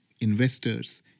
investors